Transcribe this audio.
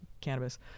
cannabis